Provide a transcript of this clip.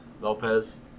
Lopez